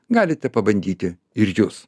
galite pabandyti ir jūs